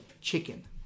chicken